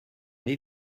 les